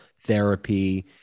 therapy